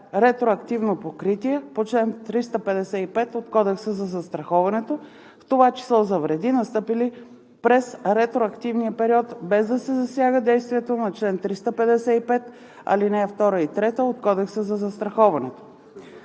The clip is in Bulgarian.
ретроактивно покритие по чл. 355 от Кодекса за застраховането, в т. ч. за вреди, настъпили през ретроактивния период, без да се засяга действието на чл. 355, ал. 2 и 3 от Кодекса за застраховането.